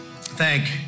thank